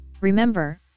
Remember